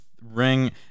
ring